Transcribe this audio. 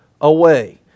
away